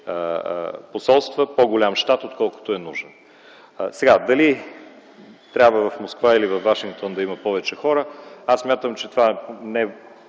посолства по-голям щат, отколкото е нужно. Дали трябва в Москва или във Вашингтон да има повече хора? Смятам, че това не